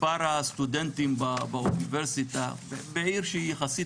מספר הסטודנטים באוניברסיטה בעיר שהיא יחסית